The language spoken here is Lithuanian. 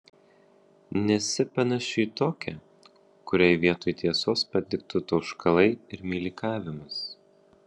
nesi panaši į tokią kuriai vietoj tiesos patiktų tauškalai ir meilikavimas